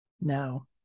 No